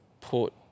put